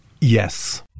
Yes